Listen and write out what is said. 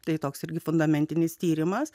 tai toks irgi parlamentinis tyrimas